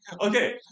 Okay